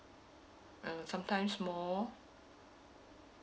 um sometimes more